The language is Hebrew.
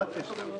לא, לא.